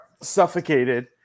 suffocated